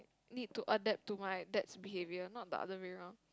need to adapt to my dads behaviour not the other way round